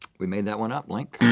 we made that one up, link.